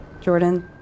Jordan